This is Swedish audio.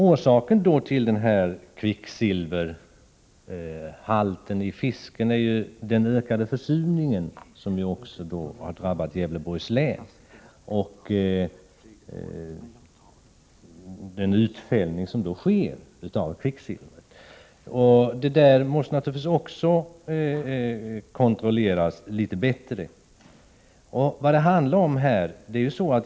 Orsaken till denna kvicksilverhalt i fisken är den ökade försurningen, som även har drabbat Gävleborgs län och den utfällning av kvicksilver som därigenom sker. Det där måste naturligtvis också kontrolleras litet bättre.